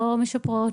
לא משפרות,